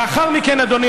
לאחר מכן, אדוני